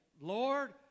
Lord